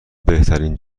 بهترین